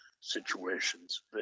situations